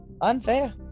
Unfair